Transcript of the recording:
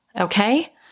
Okay